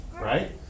right